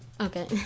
Okay